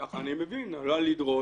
כך אני מבין, עלולה לדרוש